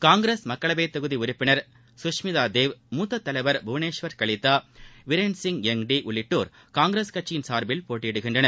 காங்கிரஸ் மக்களவைத் தொகுதி உறுப்பினர் சுஷ்மிதா தேவ் மூத்த தலைவர் புவனேஸ்வர் கலிதா வீரேன்சிங் யங்டி உள்ளிட்டோர் காங்கிரஸ் கட்சியின் சார்பில் போட்டியிடுகின்றனர்